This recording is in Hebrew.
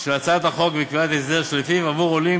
של הצעת החוק וקביעת הסדר שלפיו עבור עולים